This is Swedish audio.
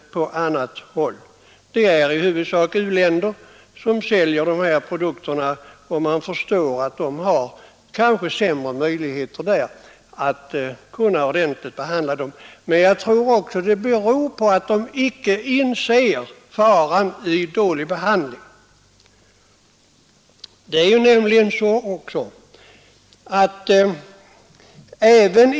Det är i huvudsak u-länder som säljer dessa produkter. Man förstår att dessa kanske har sämre förutsättningar att ordentligt behandla produkterna, men det är också möjligt att de inte inser den fara som ligger i den dåliga behandlingen.